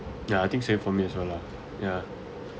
ya I think same for me as well lah ya